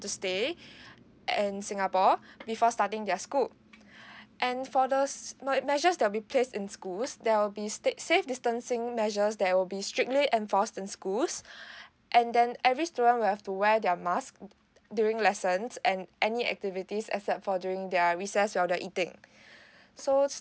stay at singapore before starting their school and for those measures that will be placed in schools there will be sta~ safe distancing measures that will be strictly enforced in schools and then every student will have to wear their mask during lessons and any activities except for during their recess or they're eating